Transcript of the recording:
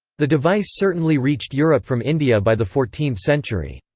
the device certainly reached europe from india by the fourteenth century.